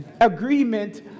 agreement